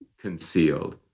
concealed